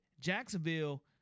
jacksonville